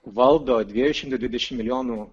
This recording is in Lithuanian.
valdo dviejų šmtų dvidešimt milijonų